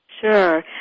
Sure